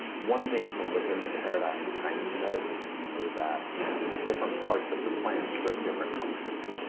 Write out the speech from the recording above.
one thing from within the paradigm of chinese medicine, we know that different parts of the plant serve different functions.